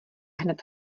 hned